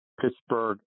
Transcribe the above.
Pittsburgh